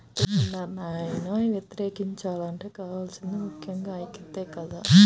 యే నిర్ణయాన్నైనా వ్యతిరేకించాలంటే కావాల్సింది ముక్కెంగా ఐక్యతే కదా